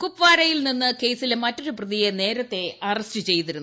കുപ്പ്വാരയിൽ നിന്ന് കേസിലെ മറ്റൊരു പ്രതിയെ നേരത്തെ അറസ്റ്റ് ചെയ്തിരുന്നു